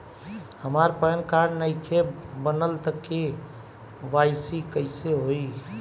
हमार PAN card नईखे बनल त के.वाइ.सी कइसे होई?